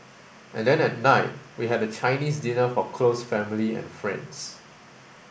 and then at night we had a Chinese dinner for close family and friends